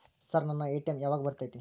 Sir ನನ್ನ ATM ಯಾವಾಗ ಬರತೈತಿ?